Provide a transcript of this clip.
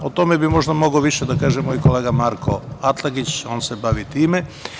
O tome bi možda mogao više da kaže moj kolega Marko Atlagić, on se bavi time.